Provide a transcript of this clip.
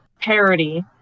parody